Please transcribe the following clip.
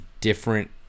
different